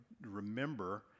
remember